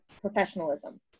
professionalism